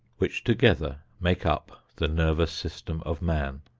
which together make up the nervous system of man.